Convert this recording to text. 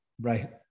right